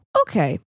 Okay